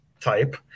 type